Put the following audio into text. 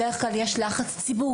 בדרך כלל יש לחץ ציבורי,